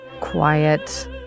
quiet